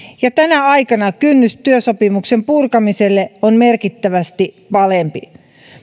ja tänä aikana kynnys työsopimuksen purkamiselle on merkittävästi alempi